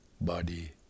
body